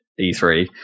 E3